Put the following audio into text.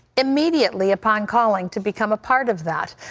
immediately upon calling, to become part of that.